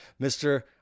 Mr